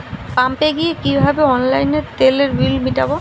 পাম্পে গিয়ে কিভাবে অনলাইনে তেলের বিল মিটাব?